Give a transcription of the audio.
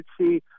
see